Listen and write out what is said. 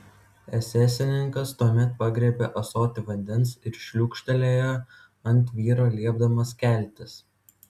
esesininkas tuomet pagriebė ąsotį vandens ir šliūkštelėjo ant vyro liepdamas keltis